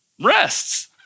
rests